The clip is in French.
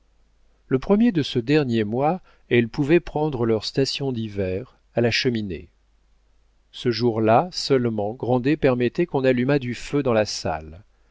le premier de ce dernier mois elles pouvaient prendre leur station d'hiver à la cheminée ce jour-là seulement grandet permettait qu'on allumât du feu dans la salle